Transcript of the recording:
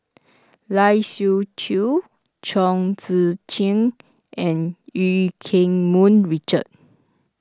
Lai Siu Chiu Chong Tze Chien and Eu Keng Mun Richard